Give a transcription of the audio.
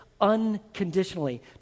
unconditionally